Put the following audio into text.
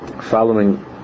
following